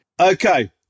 Okay